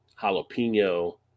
jalapeno